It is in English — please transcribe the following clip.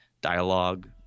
dialogue